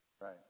Right